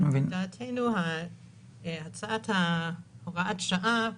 לדעתנו, הצעת הוראת השעה,